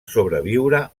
sobreviure